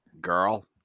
girl